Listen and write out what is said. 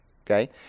okay